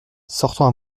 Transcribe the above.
sortant